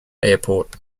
airport